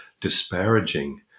disparaging